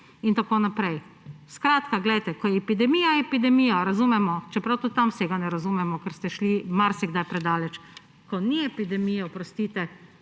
in tako naprej. Skratka, glejte, ko je epidemija, je epidemija, razumemo, čeprav tudi tam vsega ne razumemo, ker ste šli marsikdaj predaleč. Ko ni epidemije, oprostite,